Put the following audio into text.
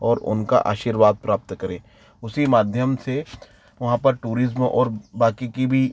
और उनका आशीर्वाद प्राप्त करें उसी माध्यम से वहाँ पर टूरिज़्म और बाकी की भी